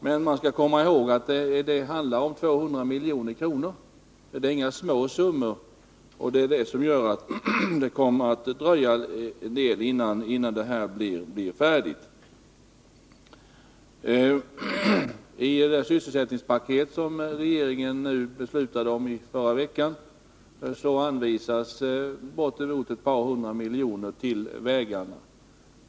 Men man skall komma ihåg att det handlar om 200 milj.kr. Det är alltså inga små summor, vilket gör att det kommer att dröja innan det hela blir färdigt. I det sysselsättningspaket som regeringen beslutade om förra veckan anvisades bortemot ett par hundra miljoner till vägarna.